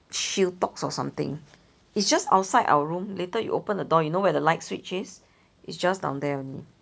Shieldtox or something it's just outside our room later you open the door you know where the light switch is it's just down there only